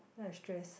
then I stress